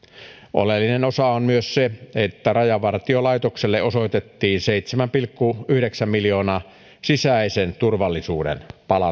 oleellinen osa on myös se että rajavartiolaitokselle osoitettiin seitsemän pilkku yhdeksän miljoonaa sisäisen turvallisuuden